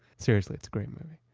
seriously, it's a great movie.